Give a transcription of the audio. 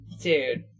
Dude